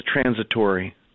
transitory